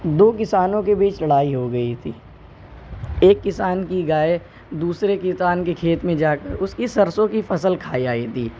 دو کسانوں کے بیچ لڑائی ہو گئی تھی ایک کسان کی گائے دوسرے کسان کے کھیت میں جا کر اس کی سرسوں کی فصل کھائی آئی تھی